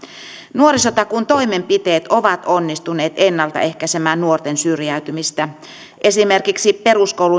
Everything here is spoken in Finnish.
nuorisotakuun toimenpiteet ovat onnistuneet ennaltaehkäisemään nuorten syrjäytymistä esimerkiksi peruskoulun